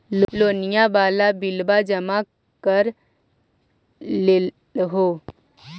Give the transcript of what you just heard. लोनिया वाला बिलवा जामा कर देलहो?